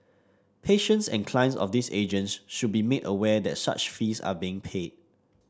patients and clients of these agents should be made aware that such fees are being paid